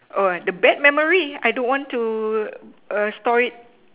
oh the bad memory I don't want to err store it